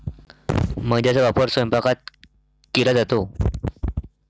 मैद्याचा वापर स्वयंपाकात केला जातो